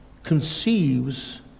Conceives